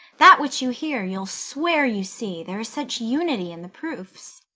that which you hear you'll swear you see, there is such unity in the proofs.